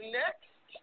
next